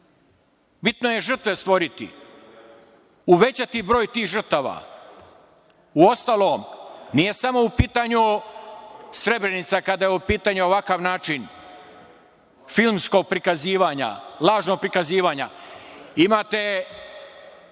bitno je žrtve stvoriti, uvećati broj tih žrtava. Uostalom, nije samo u pitanju Srebrenica kada je u pitanju ovakav način filmskog prikazivanja, lažnog prikazivanja, imate